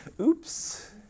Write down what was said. Oops